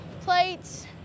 plates